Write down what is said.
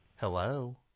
Hello